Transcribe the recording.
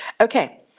Okay